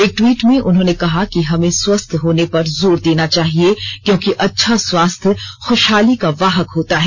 एक ट्वीट में उन्होंने कहा कि हमें स्वस्थ होने पर जोर देना चाहिए क्योंकि अच्छा स्वास्थ्य खुशहाली का वाहक होता है